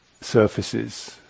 surfaces